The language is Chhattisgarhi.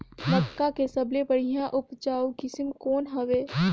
मक्का के सबले बढ़िया उपजाऊ किसम कौन हवय?